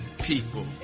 people